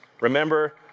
Remember